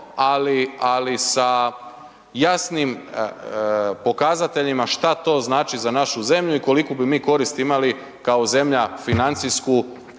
ali sa jasnim pokazateljima šta to znači za našu zemlju i koliku bi mi korist imali kao zemlja financijsku